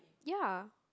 ya